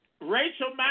Rachel